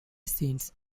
scenes